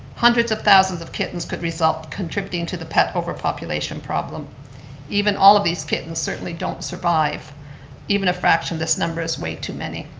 hundreds of thousands of kittens could result contributing to the pet overpopulation problem even all of these kittens certainly don't survive even a fraction this number is way too many.